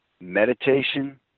Meditation